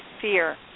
fear